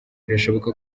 birashoboka